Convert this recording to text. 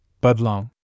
Budlong